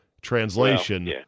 Translation